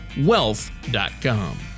wealth.com